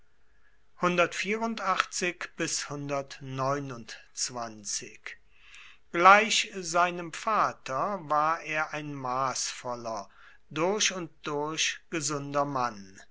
gleich seinem vater war er ein maßvoller durch und durch gesunder mann